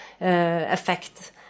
effect